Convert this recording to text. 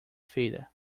feira